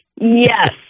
Yes